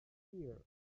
bear